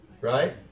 right